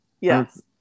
Yes